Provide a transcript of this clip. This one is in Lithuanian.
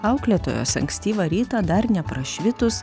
auklėtojos ankstyvą rytą dar neprašvitus